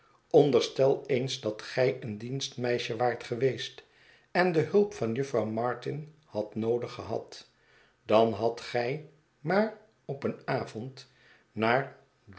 onderstel eens dat gij een dienstmeisje waart geweest en de hulp van jufvrouw martin hadt noodig gehad dan hadt gij maar op een avond naar